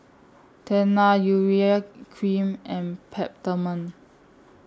Tena Urea Cream and Peptamen